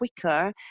quicker